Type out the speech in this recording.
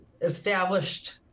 established